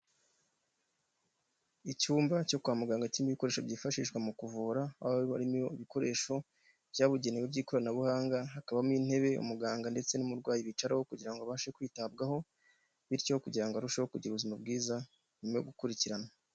Icyumba cyo kwa muganga cyirimo ibikoresho byifashishwa mu kuvura, aho harimo ibikoresho byabugenewe by'ikoranabuhanga, hakabamo intebe umuganga ndetse n'umurwayi bicaraho kugira ngo abashe kwitabwaho, bityo kugira ngo arusheho kugira ubuzima bwiza nyuma yo gukurikiranwa.